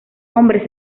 hombres